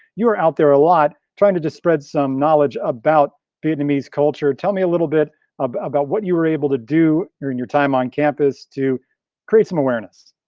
you're out there a lot trying to just spread some knowledge about vietnamese culture. tell me a little bit about what you were able to do during and your time on campus to create some awareness?